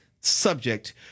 subject